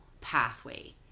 pathway